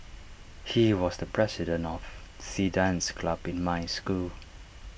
he was the president of the dance club in my school